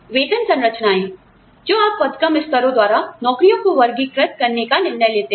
वेतन संरचनाएं जो आप पद क्रम स्तरों द्वारा नौकरियों को वर्गीकृत करने का निर्णय लेते हैं